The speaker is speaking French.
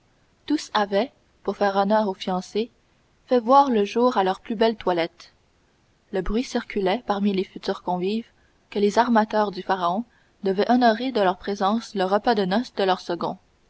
tous avaient pour faire honneur aux fiancés fait voir le jour à leurs plus belles toilettes le bruit circulait parmi les futurs convives que les armateurs du pharaon devaient honorer de leur présence le repas de noces de leur second